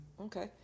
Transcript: Okay